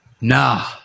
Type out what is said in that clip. Nah